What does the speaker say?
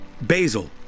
basil